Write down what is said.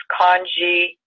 kanji